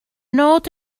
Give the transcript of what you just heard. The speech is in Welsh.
nod